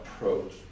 approach